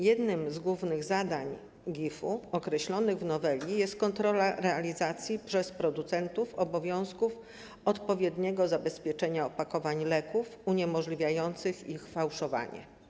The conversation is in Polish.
Jednym z głównych zadań GIF określonych w noweli jest kontrola realizacji przez producentów obowiązku odpowiedniego zabezpieczenia opakowań leków, uniemożliwiającego ich fałszowanie.